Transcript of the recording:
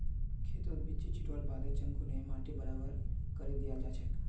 खेतत बिच्ची छिटवार बादे चंघू ने माटी बराबर करे दियाल जाछेक